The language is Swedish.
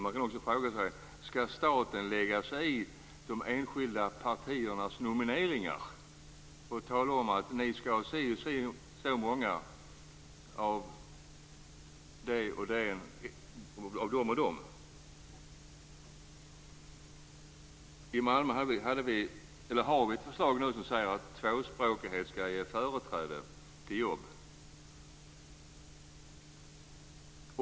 Man kan också fråga sig om staten skall lägga sig i de enskilda partiernas nomineringar och tala om att de skall ha si och så många av den ena och den andra gruppen. I Malmö har vi nu ett förslag om att tvåspråkighet skall ge företräde till jobb.